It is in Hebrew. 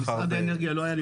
משרד האנרגיה לא היה,